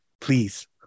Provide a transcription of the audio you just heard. Please